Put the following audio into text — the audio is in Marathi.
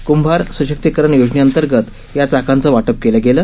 कृंभार सशक्तीकरण योजनेअंतर्गत या चाकांचं वाटप केलं गेलं